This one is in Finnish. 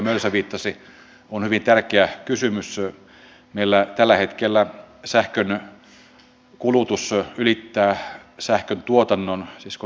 yksin asuvat muistisairautta sairastavat tarvitsevat myös yhteisökoteja koska heidän ei ole turvallista asua enää yksin kodissa